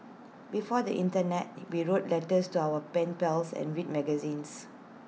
before the Internet we wrote letters to our pen pals and read magazines